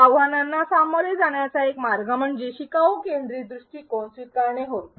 या आव्हानांना सामोरे जाण्याचा एक मार्ग म्हणजे शिकाऊ केंद्रीत दृष्टीकोन स्वीकारणे होय